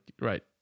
right